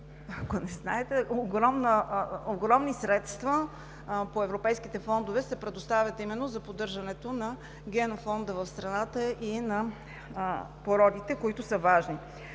тъй като огромни средства по европейските фондове се предоставят за поддържането на генофонда в страната и на породите, които са важни.